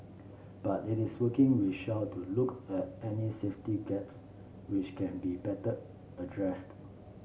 but it is working with Shell to look at any safety gaps which can be better addressed